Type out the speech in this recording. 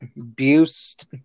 abused